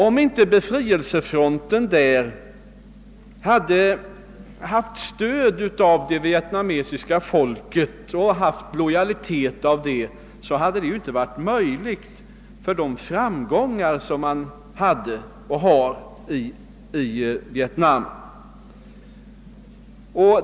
Om inte befrielsefronten hade haft stöd av det vietnamesiska folket och åtnjutit dess lojalitet, hade dess framgångar inte varit möjliga.